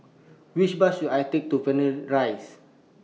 Which Bus should I Take to Rise